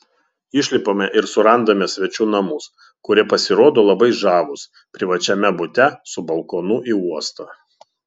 išlipame ir surandame svečių namus kurie pasirodo labai žavūs privačiame bute su balkonu į uostą